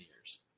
years